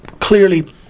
clearly